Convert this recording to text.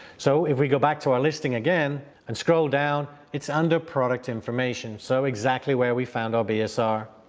so, if we go back to our listing again and scroll down, it's under product information, so exactly where we found our bsr,